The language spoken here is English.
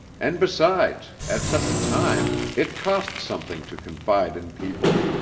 and besides, at such a time it cost something to confide in people!